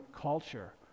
culture